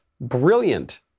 brilliant